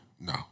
No